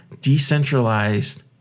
decentralized